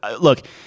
Look